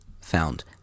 found